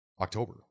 October